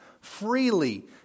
freely